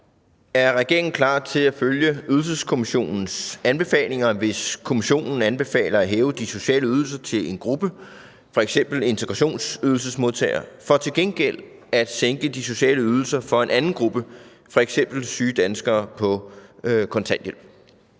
Er regeringen klar til at følge Ydelseskommissionens anbefalinger, hvis kommissionen anbefaler at hæve de sociale ydelser til en gruppe – f.eks. integrationsydelsesmodtagere – for til gengæld at sænke de sociale ydelser for en anden gruppe, f.eks. syge danskere på kontanthjælp?